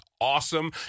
awesome